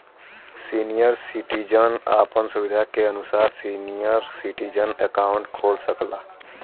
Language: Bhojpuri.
सीनियर सिटीजन आपन सुविधा के अनुसार सीनियर सिटीजन अकाउंट खोल सकला